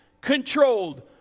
controlled